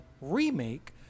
remake